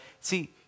see